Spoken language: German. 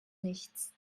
nichts